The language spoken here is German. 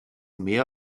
mehr